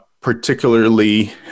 particularly